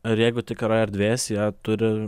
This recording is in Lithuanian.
ir jeigu tik yra erdvės jie turi